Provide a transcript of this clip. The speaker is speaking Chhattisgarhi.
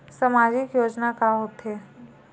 सामाजिक योजना का होथे?